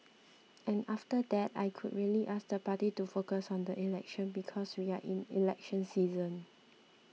and after that I could really ask the party to focus on the election because we are in election season